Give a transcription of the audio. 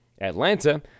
Atlanta